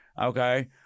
Okay